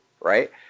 right